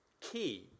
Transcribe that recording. key